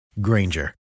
Granger